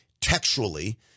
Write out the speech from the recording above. textually